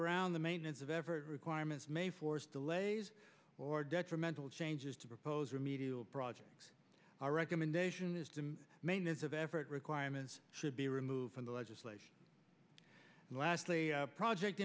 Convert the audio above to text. around the maintenance of effort requirements may force delays or detrimental changes to propose remedial projects our recommendation is the maintenance of effort requirements should be removed from the legislation and lastly project